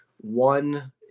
One